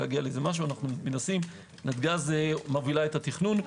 אנו מנסים, נתגז מובילה את התכנון.